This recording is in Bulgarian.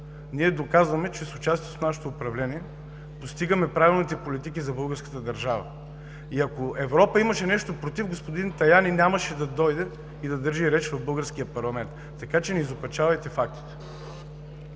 Ние доказваме, че с нашето участие в управлението постигаме правилните политики за българската държава. Ако Европа имаше нещо против, господин Таяни нямаше да дойде и да държи реч в българския парламент. Така че не изопачавайте фактите!